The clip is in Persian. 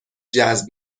جذب